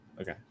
Okay